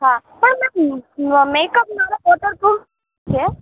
હા પણ ma'am uh makeup મારો વોટરપ્રૂફ છે